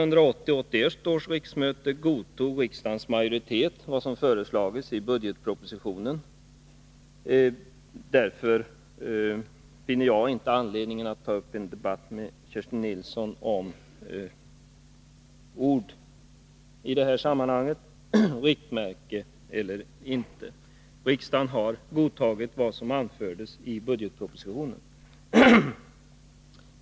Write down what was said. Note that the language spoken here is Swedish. nens förslag. Därför finner jag inte anledning att ta upp en debatt med Kerstin Nilsson i detta avseende.